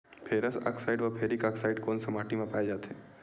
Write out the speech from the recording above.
Ferrous oxide व ferric oxide कोन सा माटी म पाय जाथे?